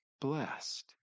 blessed